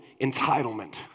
entitlement